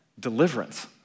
deliverance